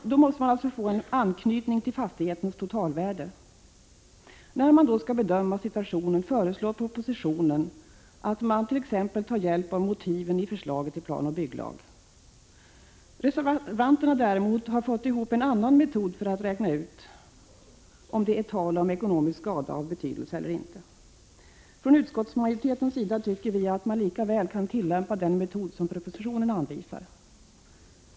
Man måste då få en anknytning till fastighetens totalvärde. I propositionen föreslås att man vid bedömningen av situationen t.ex. skall ta hjälp av motiven till förslaget till planoch bygglag. Reservanterna däremot har fått ihop en annan metod för att räkna ut om det handlar om en ekonomisk skada av betydelse eller inte. Från utskottsmajoritetens sida tycker vi att man lika väl kan tillämpa den metod som anvisas i propositionen.